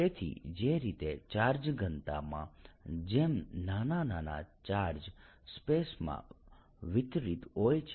તેથી જે રીતે ચાર્જ ઘનતામાં જેમ નાના નાના ચાર્જ સ્પેસ માં વિતરીત હોય છે